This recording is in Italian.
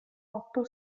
otto